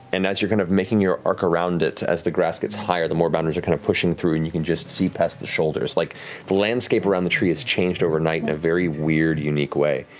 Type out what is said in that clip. and as you're kind of making your arc around it, as the grass gets higher, the moorbounders are kind of pushing through and you can just see past the shoulders. like the landscape around the tree has changed overnight in a very weird, unique way.